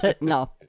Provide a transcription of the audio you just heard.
No